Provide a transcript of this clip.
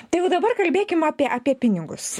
tai jau dabar kalbėkim apie apie pinigus